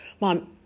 Mom